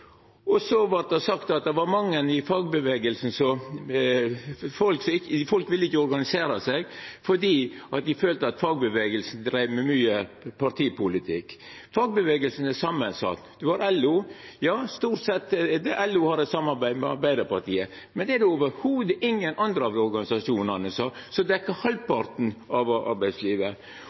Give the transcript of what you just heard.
Så vart det sagt at det er mange folk som ikkje vil organisera seg, for dei føler at fagbevegelsen driv med mykje partipolitikk. Fagbevegelsen er samansett. Ein har LO, som har eit samarbeid med Arbeidarpartiet, men det er jo i det heile ingen andre av organisasjonane som dekkjer halvparten av arbeidslivet.